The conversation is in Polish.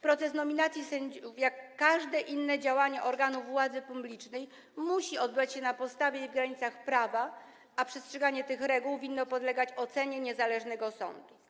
Proces nominacji sędziów, jak każde inne działanie organów władzy publicznej, musi odbywać się na podstawie i w granicach prawa, a przestrzeganie tych reguł winno podlegać ocenie niezależnego sądu.